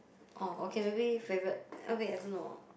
oh okay maybe favourite uh wait I don't know